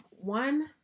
one